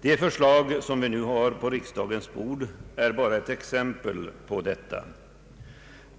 Det förslag som nu ligger på riksdagens bord är bara ett exempel på detta.